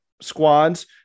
squads